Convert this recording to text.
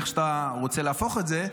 איך שאתה רוצה להפוך את זה,